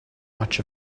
much